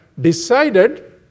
decided